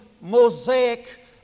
Mosaic